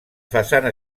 façana